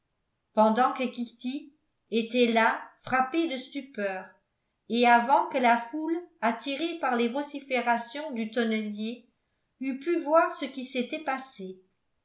pendant que kitty était là frappée de stupeur et avant que la foule attirée par les vociférations du tonnelier eût pu voir ce qui s'était passé